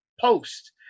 post